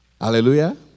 Hallelujah